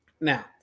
Now